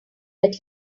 that